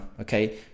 okay